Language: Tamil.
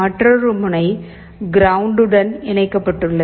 மற்ற முனை கிரௌண்டுடன் இணைக்கப்பட்டுள்ளது